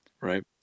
Right